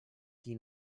qui